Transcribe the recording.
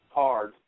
hard